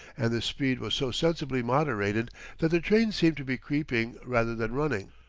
and the speed was so sensibly moderated that the train seemed to be creeping rather than running.